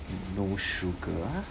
no sugar ah